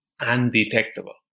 undetectable